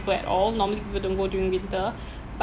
at all normally people don't go during winter but